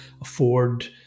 afford